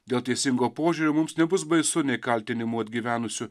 dėl teisingo požiūrio mums nebus baisu nei kaltinimų atgyvenusiu